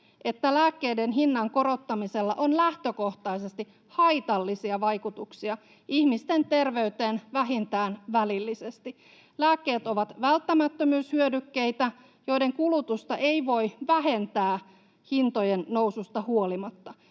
että lääkkeiden hinnan korottamisella on lähtökohtaisesti haitallisia vaikutuksia ihmisten terveyteen, vähintään välillisesti. Lääkkeet ovat välttämättömyyshyödykkeitä, joiden kulutusta ei voi vähentää hintojen noususta huolimatta.